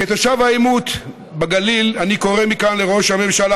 כתושב קן העימות בגליל אני קורא מכאן לראש הממשלה